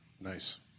Nice